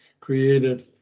created